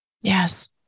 yes